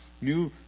new